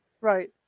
Right